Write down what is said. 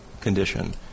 condition